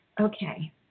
Okay